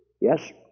Yes